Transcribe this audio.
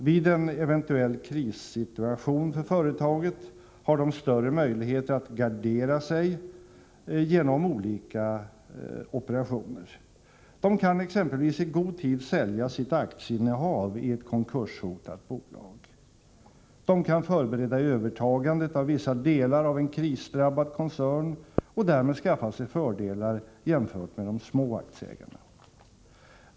Vid en eventuell krissituation för företaget har de större möjligheter att gardera sig genom olika operationer. De kan exempelvis i god tid sälja sitt aktieinnehav i ett konkurshotat bolag. De kan förbereda övertagandet av vissa delar av en krisdrabbad koncern och därmed skaffa sig fördelar jämfört med de små aktieägarna.